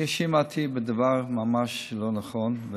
האשימה אותי בדבר ממש לא נכון.